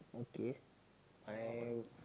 okay I